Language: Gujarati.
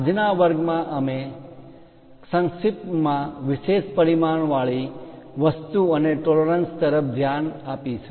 આજના વર્ગમાં અમે સંક્ષિપ્તમાં વિશેષ પરિમાણ વાળી વસ્તુ અને ટોલરન્સ પરિમાણ માં માન્ય તફાવત તરફ ધ્યાન આપીશું